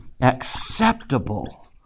acceptable